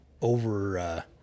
over